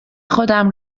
خودم